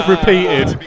Repeated